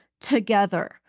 together